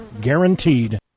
Guaranteed